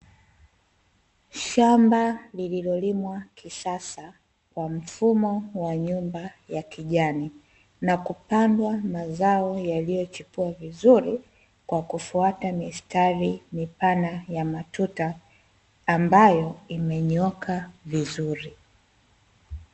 Shamba lililolimwa kisasa kwa mfumo wa nyumba ya kijani, na kupandwa mazao yaliyo chipua vizuri kwa kufuata mistari mipana ya matuta, ambayo imenyooka vizuri.